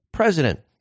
president